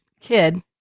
kid